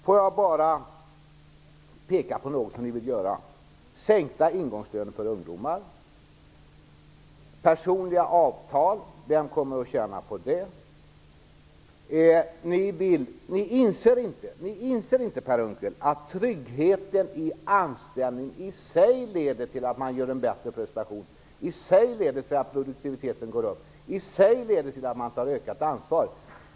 Låt mig bara peka på några åtgärder som ni vill vidta: sänkta ingångslöner för ungdomar, personliga avtal - vem kommer att tjäna på det? Ni inser inte, Per Unckel att trygghet i anställningen i sig leder till att man gör en bättre prestation, i sig leder till att produktiviteten går upp, i sig leder till att man tar ökat ansvar.